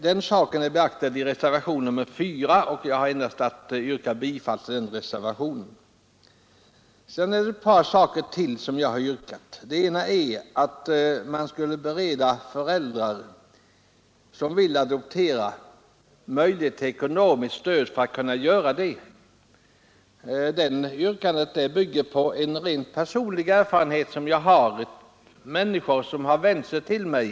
Detta har beaktats i reservation 4, och jag har endast att yrka bifall till den reservationen. Vi har också yrkat att föräldrar som vill adoptera ett barn skall beredas möjlighet till ekonomiskt stöd för att kunna göra det. Detta yrkande bygger på en personlig erfarenhet jag har av några människor som vänt sig till mig.